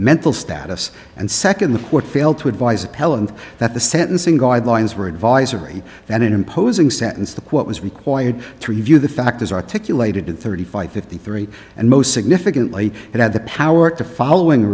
mental status and second the court failed to advise appellant that the sentencing guidelines were advisory and imposing sentence the quote was required to review the factors articulated in thirty five fifty three and most significantly it had the power to following the